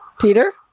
Peter